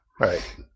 right